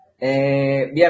bien